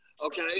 Okay